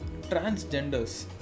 Transgenders